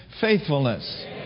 faithfulness